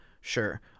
Sure